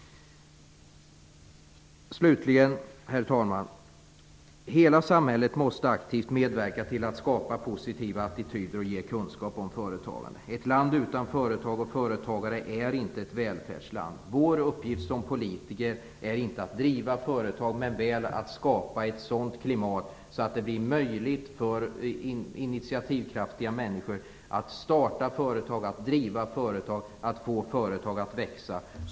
Herr talman! Hela samhället måste aktivt medverka till att skapa positiva attityder och ge kunskap om företagande. Ett land utan företag och företagare är inte ett välfärdsland. Vår uppgift som politiker är inte att driva företag men väl att skapa ett sådant klimat att det blir möjligt för initiativkraftiga människor att starta och driva företag och att få företag att växa.